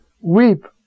Weep